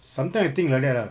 sometimes I think like that lah